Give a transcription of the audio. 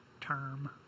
term